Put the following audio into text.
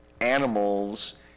animals